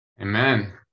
Amen